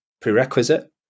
prerequisite